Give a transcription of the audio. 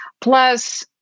Plus